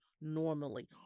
normally